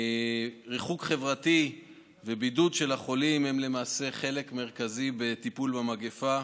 ריחוק חברתי ובידוד של החולים הם למעשה חלק מרכזי בטיפול במגפה,